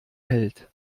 hält